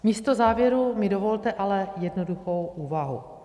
Místo závěru mi dovolte ale jednoduchou úvahu.